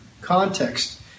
context